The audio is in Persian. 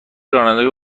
راننده